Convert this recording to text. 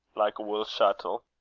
like a wull shuttle?